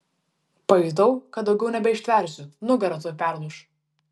pajutau kad daugiau nebeištversiu nugara tuoj perlūš